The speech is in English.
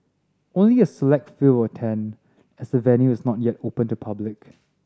only a select few will attend as the venue is not yet open to public